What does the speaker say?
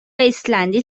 ایسلندی